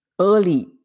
early